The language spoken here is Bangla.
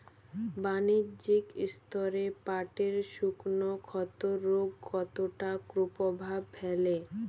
বাণিজ্যিক স্তরে পাটের শুকনো ক্ষতরোগ কতটা কুপ্রভাব ফেলে?